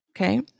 Okay